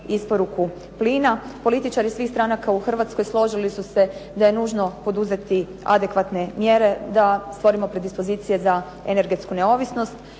isporuku plina političari svih stranaka u Hrvatskoj složili se da je nužno poduzeti adekvatne mjere da stvorimo predispozicije za energetsku neovisnost